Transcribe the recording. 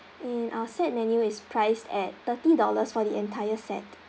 and our set menu is priced at thirty dollars for the entire set